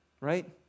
right